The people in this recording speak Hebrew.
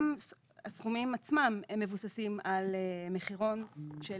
גם הסכומים עצמם מבוססים על מחירון של